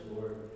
Lord